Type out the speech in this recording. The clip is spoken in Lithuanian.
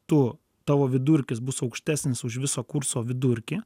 tu tavo vidurkis bus aukštesnis už viso kurso vidurkį